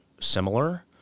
similar